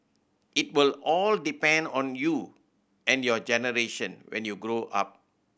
it will all depend on you and your generation when you grow up